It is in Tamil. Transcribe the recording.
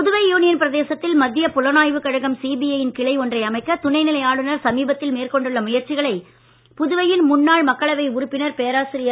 புதுவை யூனியன் பிரதேசத்தில் மத்திய புலனாய்வு கழகம் சிபிஐ யின் கிளை ஒன்றை அமைக்க துணைநிலை ஆளுநர் சமீபத்தில் மேற்கொண்டுள்ள முயற்சிகளை புதுவையில் முன்னாள் நாடாளுமன்ற மக்களவை உறுப்பினர் பேராசிரியர்